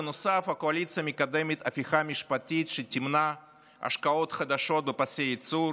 בנוסף הקואליציה מקדמת מהפכה משפטית שתמנע השקעות חדשות בפסי ייצור